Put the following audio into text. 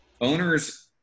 owners –